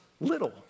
little